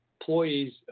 employees